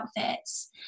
outfits